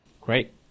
Great